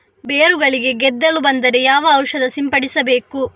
ಬೇರುಗಳಿಗೆ ಗೆದ್ದಲು ಬಂದರೆ ಯಾವ ಔಷಧ ಸಿಂಪಡಿಸಬೇಕು?